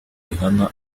rihana